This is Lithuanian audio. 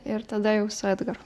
ir tada jau su edgaru